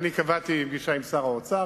קבעתי פגישה עם שר האוצר,